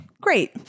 Great